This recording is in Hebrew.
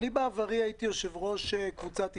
בעברי הייתי יו"ר קבוצת איסת"א,